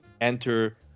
enter